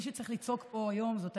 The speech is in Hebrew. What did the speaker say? מי שרוצה להמשיך את הוויכוח, מוזמן